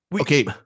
okay